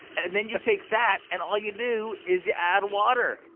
and then you take that, and all you do is you add water.